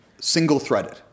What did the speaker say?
single-threaded